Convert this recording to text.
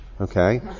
Okay